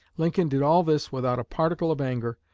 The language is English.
lincoln did all this without a particle of anger,